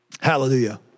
Hallelujah